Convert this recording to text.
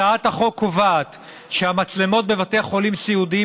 הצעת החוק קובעת שהמצלמות בבתי חולים סיעודיים